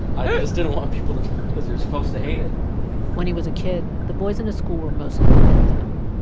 i didn't want people to because you're supposed to hate it when he was a kid, the boys in his school were mostly fine with him.